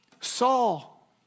Saul